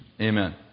Amen